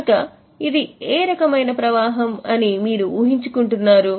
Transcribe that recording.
కనుక ఇది ఏ రకమైన ప్రవాహం అని మీరు ఊహించుకుంటున్నారు